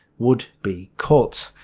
would be cut.